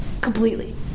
completely